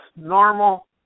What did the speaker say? normal